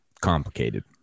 Complicated